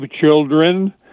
children